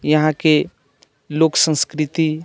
यहाँके लोक संस्कृति